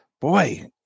Boy